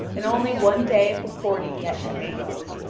and only one day of the forty yet remains.